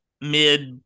mid